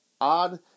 odd